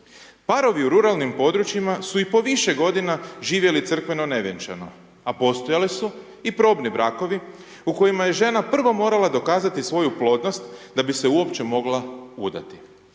Parovi u ruralnim područjima su i po više godina živjeli crkveno nevjenčano, a postojali su i probni brakovi u kojima je žena prvo morala dokazati svoju plodnost da bi se uopće mogla udati.